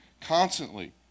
constantly